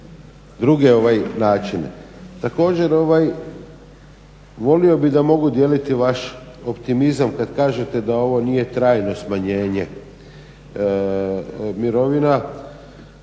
druge načine. Također volio bih da mogu dijeliti vaš optimizam kada kažete da ovo nije trajno smanjenje mirovina,